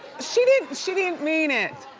she didn't, she didn't mean it.